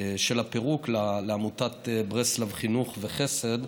של הפירוק, לעמותת ברסלב חינוך וחסד,